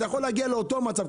אתה יכול להגיע לאותו מצב,